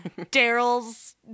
daryl's